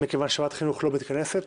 מכיוון שוועדת החינוך לא מתכנסת,